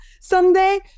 someday